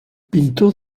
pintor